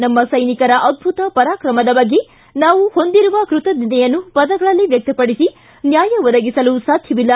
ನಮ್ಮ ಸ್ಯೆನಿಕರ ಅದ್ಯತ ಪರಾಕ್ರಮದ ಬಗ್ಗೆ ನಾವು ಹೊಂದಿರುವ ಕೃತಜ್ಞತೆಯನ್ನು ಪದಗಳಲ್ಲಿ ವ್ಯಕ್ತಪಡಿಸಿ ನ್ಯಾಯ ಒದಗಿಸಲು ಸಾಧ್ಯವಿಲ್ಲ